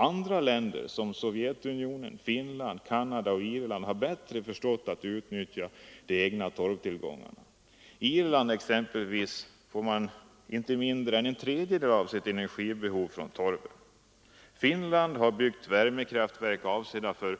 Andra länder, t.ex. Sovjetunionen, Canada, Finland och Irland, har bättre förstått att utnyttja de egna torvtillgångarna. Irland får exempelvis inte mindre än en tredjedel av sin energi från torven. Finland har byggt värmekraftverk, avsedda för